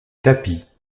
tapis